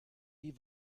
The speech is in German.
die